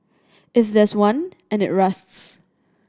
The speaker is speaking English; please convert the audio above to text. if there's one and it rusts